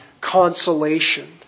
consolation